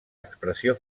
expressió